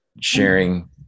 sharing